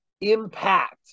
impact